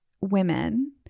women